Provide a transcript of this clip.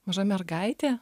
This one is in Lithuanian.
maža mergaitė